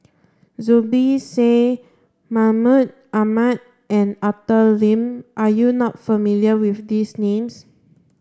Zubir Said Mahmud Ahmad and Arthur Lim are you not familiar with these names